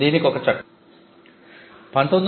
దీనికి ఒక చట్టం ఉంది